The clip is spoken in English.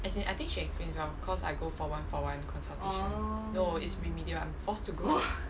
as in I think she explained well cause I go for one for one consultation no it's remedial I'm forced to go